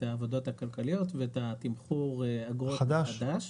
העבודות הכלכליות ואת תמחור האגרות החדש